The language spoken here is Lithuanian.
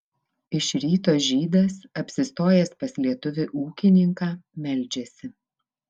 iš ryto žydas apsistojęs pas lietuvį ūkininką meldžiasi